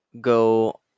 go